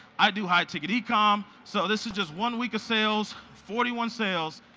i do high-ticket ecom, so this is just one week of sales. forty one sales,